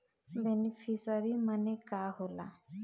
Beneficiary मने का होला?